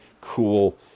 cool